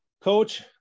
coach